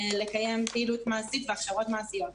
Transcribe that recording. לקיים פעילות מעשית והכשרות מעשיות.